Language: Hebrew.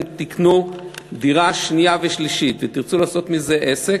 תקנו דירה שנייה ושלישית ותרצו לעשות מזה עסק,